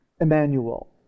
Emmanuel